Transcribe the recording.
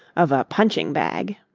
of a punching bag.